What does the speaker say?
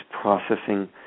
processing